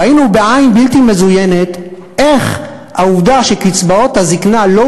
ראינו בעין בלתי מזוינת איך העובדה שקצבאות הזיקנה לא